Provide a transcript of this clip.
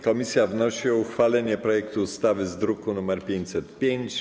Komisja wnosi o uchwalenie projektu ustawy z druku nr 505.